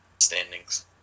standings